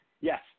Yes